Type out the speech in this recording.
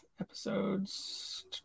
Episodes